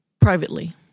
privately